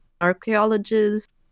archaeologists